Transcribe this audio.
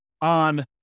on